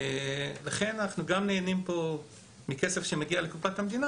לכן אנחנו גם נהנים פה מכסף שמגיע לקופת המדינה